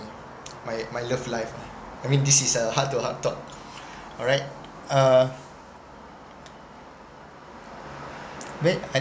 my love life ah I mean this is a heart to heart talk alright uh mean I